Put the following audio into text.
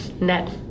net